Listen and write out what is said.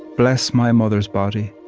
bless my mother's body,